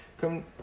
come